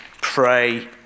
pray